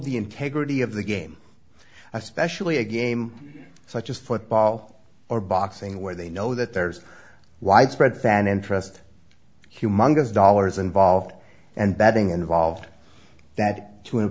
the integrity of the game especially a game such as football or boxing where they know that there's widespread fan interest humongous dollars involved and betting involved that to